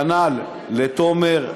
כנ"ל לתומר,